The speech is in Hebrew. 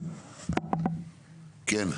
כן?